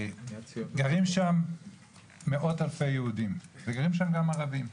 גרים שם מאות אלפי יהודים, וגרים שם גם ערבים.